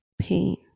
pain